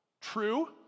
True